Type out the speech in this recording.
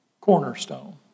Cornerstone